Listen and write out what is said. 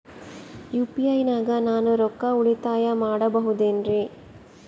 UPI ನಾಗ ನಾನು ರೊಕ್ಕ ಉಳಿತಾಯ ಮಾಡಬಹುದೇನ್ರಿ?